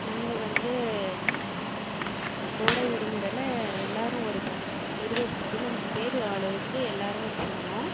நாங்கள் வந்து கோடை விடுமுறைல எல்லாரும் ஒரு பத் இருபது பதினஞ்சு பேர் அளவுக்கு எல்லாருமே போனோம்